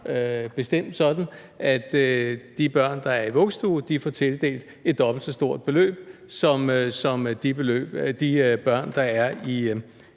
bestemt sådan, at de børn, der er i vuggestue, får tildelt et dobbelt så stort beløb som de børn, der er i